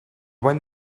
when